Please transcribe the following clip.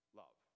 love